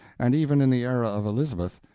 and even in the era of elizabeth,